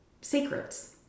secrets